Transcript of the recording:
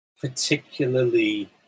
particularly